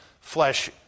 flesh